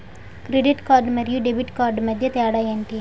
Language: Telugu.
క్రెడిట్ కార్డ్ మరియు డెబిట్ కార్డ్ మధ్య తేడా ఎంటి?